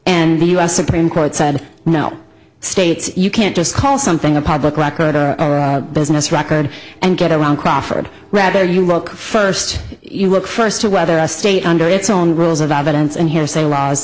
and the u s supreme court said no state you can't just call something a public record a business record and get around crawford rather you look first you look first to whether a state under its own rules of evidence and hearsay